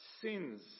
sins